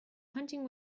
hunting